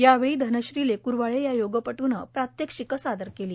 यावेळी धनश्री लेकूरवाळे या योगपटूनं प्रात्यक्षिकं सादर केली